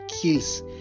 kills